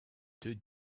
deux